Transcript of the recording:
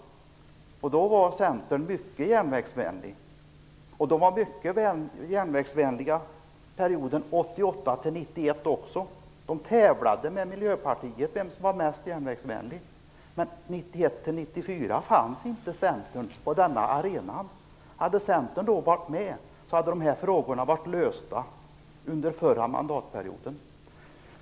Då var man i Centern mycket järnvägsvänlig. Man var också mycket järnvägsvänlig under perioden 1988-1991. Man tävlade med Miljöpartiet om att vara mest järnvägsvänlig. Men perioden 1991-1994 fanns inte Centern med på den arenan. Hade Centern varit med då, skulle de här frågorna ha varit lösta under förra mandatperioden.